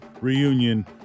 reunion